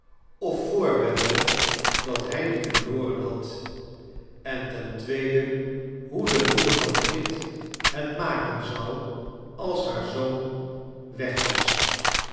of voorwenden dat hij die verloren had en ten tweede hoe de moeder van kit het maken zou als haar zoon weg was